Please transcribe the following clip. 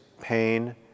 pain